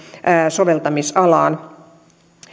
soveltamisalaan